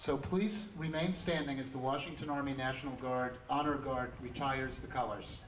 so please remain standing as the washington army national guard honor guard retires the colors